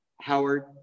howard